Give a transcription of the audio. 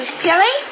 silly